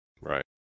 Right